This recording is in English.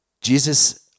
Jesus